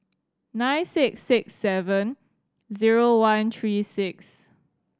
nine six six seven zero one three six